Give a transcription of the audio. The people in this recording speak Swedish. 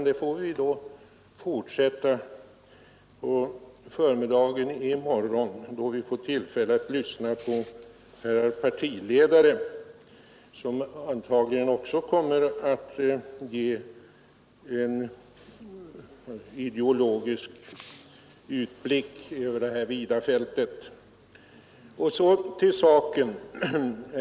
Det får vi göra i morgon, då vi också får lyssna till partiledarna, som antagligen även de kommer att göra Nr 143 ideologiska utblickar över detta vida fält. Torsdagen den Så till saken.